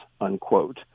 unquote